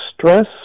stress